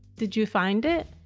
did you find it?